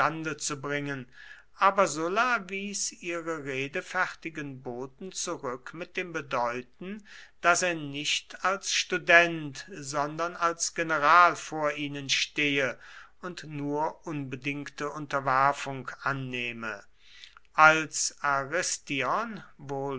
zu bringen aber sulla wies ihre redefertigen boten zurück mit dem bedeuten daß er nicht als student sondern als general vor ihnen stehe und nur unbedingte unterwerfung annehme als aristion wohl